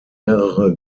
mehrere